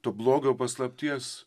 to blogio paslapties